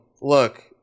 look